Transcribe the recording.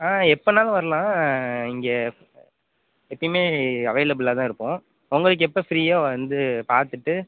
எப்பனாலும் வரலாம் இங்கே எப்பயுமே அவைலபிலாக தான் இருப்போம் உங்களுக்கு எப்போ ஃப்ரீயோ வந்து பார்த்துட்டு